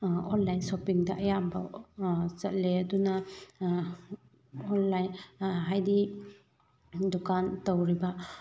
online ꯁꯣꯞꯄꯤꯡꯗ ꯑꯌꯥꯝꯕ ꯆꯠꯂꯦ ꯑꯗꯨꯅ ꯑꯣꯟꯂꯥꯏꯟ ꯍꯥꯏꯗꯤ ꯗꯨꯀꯥꯟ ꯇꯧꯔꯤꯕ